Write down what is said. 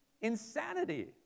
insanity